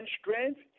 strength